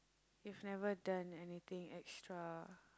if never done anything extra